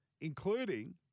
including